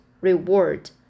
reward